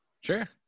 Sure